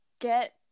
get